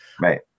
right